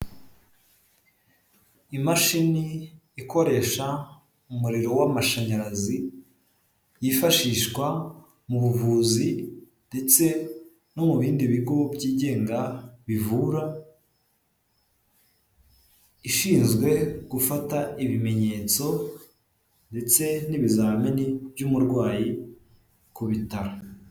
Imashini ikoresha umuriro w'amashanyarazi, yifashishwa mu buvuzi ndetse no mu bindi bigo byigenga bivura ishinzwe gufata ibimenyetso ndetse n'ibizamini by'umurwayi ku bitaro.